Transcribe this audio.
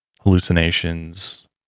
hallucinations